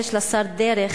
7. האם יש לשר דרך